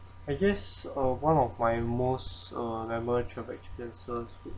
I guess uh one of my most uh memorable travel experiences would